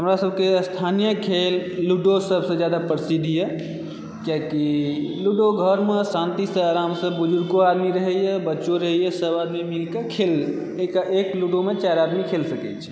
हमरा सभकेँ स्थानीय खेल लूडो सभसे जादा प्रसिद्ध यऽ किआकि लूडो घरमे शान्तिसँ आरामसँ बुजुर्गो आदमी रहैए बच्चो रहैए सभ आदमी मिलके खेललक एक लूडोमे चारि आदमी खेल सकैए